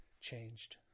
changed